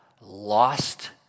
lost